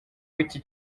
w’iki